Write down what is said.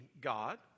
God